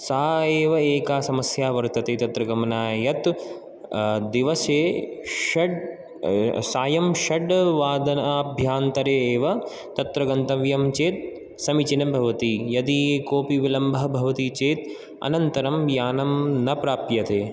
सा एव एका समस्या वर्तते तत्र गमनाय यत् दिवसे षट् सायं षड्वादनाभ्यन्तरे एव तत्र गन्तव्यं चेत् समीचीनं भवति यदि कोऽपि विलम्बः भवति चेत् अनन्तरं यानं न प्राप्यते